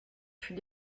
fut